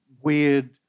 weird